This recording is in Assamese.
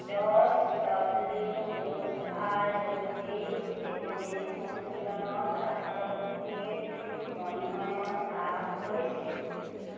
জৰ্জ ডব্লিউ বুশ্ব আৰু ডিক চেনিয়ে সন্মিলনত ৰাষ্ট্ৰপতিৰ মনোনয়ন লাভ কৰিছিল